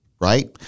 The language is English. right